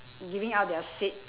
giving up their seat